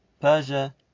Persia